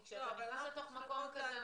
כי כשאתה נכנס לתוך מקום כזה,